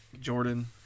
Jordan